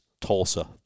Tulsa